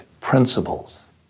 principles